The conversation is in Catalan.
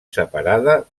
separada